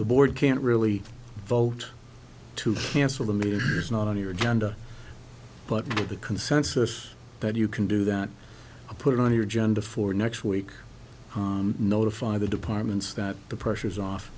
the board can't really vote to cancel the meeting is not on your agenda but the consensus that you can do that put it on your agenda for next week notify the departments that the pressure's off